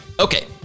okay